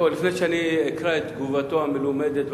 לפני שאקרא את תגובתו המלומדת,